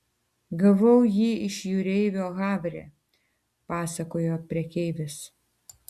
gavau jį iš jūreivio havre pasakojo prekeivis